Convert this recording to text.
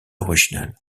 originel